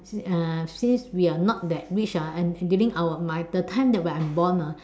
uh since we are not that rich ah and living at the time when I'm born ah